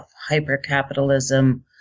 hyper-capitalism